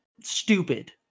stupid